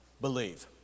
believe